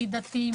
מי דתי,